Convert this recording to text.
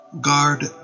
Guard